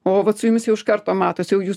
o vat su jumis jau iš karto matosi jau jūs